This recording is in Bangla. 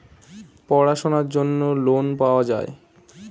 পড়াশোনার জন্য লোন পাওয়া যায়